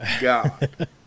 God